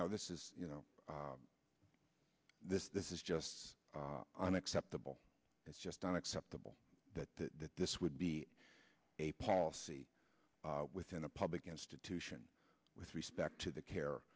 know this is you know this this is just unacceptable it's just unacceptable that that this would be a policy within a public institution with respect to the care